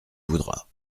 voudras